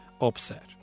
upset